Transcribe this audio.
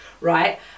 right